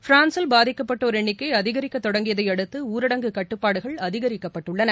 பிரான்சில் பாதிக்கப்பட்டோர் எண்ணிக்கை அதிகரிக்கத் தொடங்கியதை அடுத்து ஊரடங்கு கட்டுப்பாடுகள் அதிகரிக்கப்பட்டுள்ளன